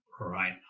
Right